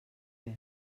veu